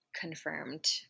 confirmed